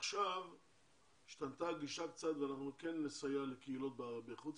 עכשיו השתנתה הגישה קצת ואנחנו כן נסייע לקהילות בחוץ